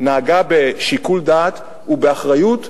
נהגה בשיקול דעת ובאחריות,